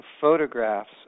photographs